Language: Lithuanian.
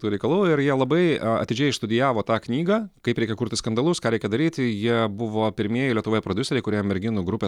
tų reikalų ir jie labai a atidžiai išstudijavo tą knygą kaip reikia kurti skandalus ką reikia daryti jie buvo pirmieji lietuvoje prodiuseriai kurie merginų grupę